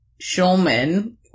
Shulman